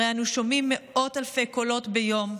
הרי אנו שומעים מאות אלפי קולות ביום,